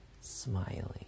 smiling